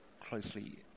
closely